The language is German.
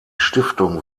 stiftung